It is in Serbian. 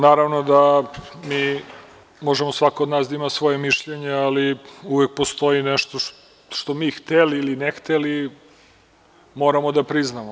Naravno da može svako od nas da ima svoje mišljenje, ali uvek postoji nešto što mi hteli ili ne hteli moramo da priznamo.